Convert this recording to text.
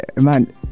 man